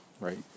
right